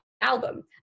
album